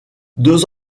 deux